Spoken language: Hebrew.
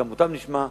וגם אותם נשמע,